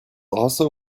also